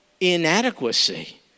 inadequacy